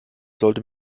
sollte